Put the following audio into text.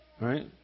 Right